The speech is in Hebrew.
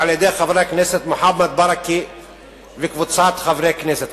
על-ידי חבר הכנסת מוחמד ברכה וקבוצת חברי הכנסת.